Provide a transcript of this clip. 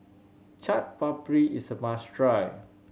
Chaat Papri is a must try